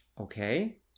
Okay